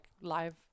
live